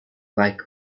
like